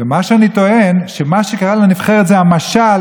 ומה שאני טוען, שמה שקרה לנבחרת זה המשל.